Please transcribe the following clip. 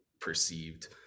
perceived